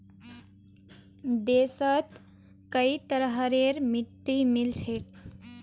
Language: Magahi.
देशत कई तरहरेर मिट्टी मिल छेक